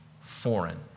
foreign